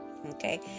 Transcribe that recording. Okay